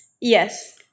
Yes